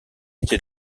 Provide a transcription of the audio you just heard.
était